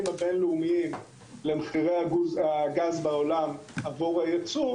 הבין-לאומיים למחירי הגז בעולם עבור הייצוא